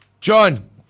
John